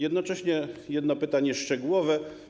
Jednocześnie jedno pytanie szczegółowe.